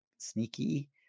sneaky